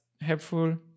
helpful